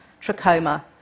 trachoma